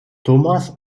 thomas